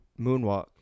moonwalk